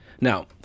Now